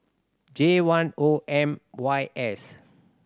J one O M Y S